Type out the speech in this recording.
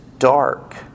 dark